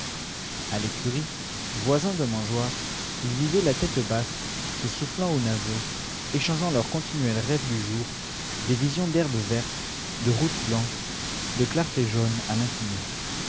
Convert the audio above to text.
a l'écurie voisins de mangeoire ils vivaient la tête basse se soufflant aux naseaux échangeant leur continuel rêve du jour des visions d'herbes vertes de routes blanches de clartés jaunes à l'infini